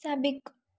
साबिक़ु